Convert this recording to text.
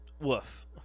Woof